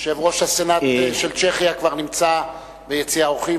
יושב-ראש הסנאט של צ'כיה כבר נמצא ביציע האורחים,